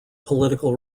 political